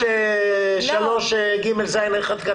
אז הוא ילך לסעיף 3(ג)(ז1) קטן?